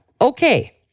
Okay